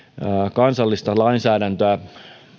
kansallista lainsäädäntöä